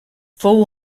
fou